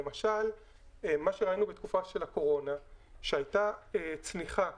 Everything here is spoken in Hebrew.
למשל, בתקופת הקורונה ראינו שהייתה צניחה